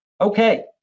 Okay